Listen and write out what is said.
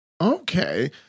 okay